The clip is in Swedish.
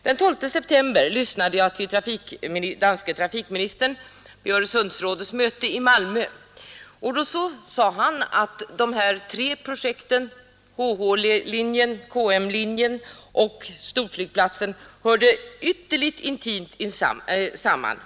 Den 12 september lyssnade jag på den danske trafikministern vid Öresundsrådets möte i Malmö. Han sade att de tre projekten HH-linjen, KM-linjen och storflygplatsen hörde ytterligt intimt samman.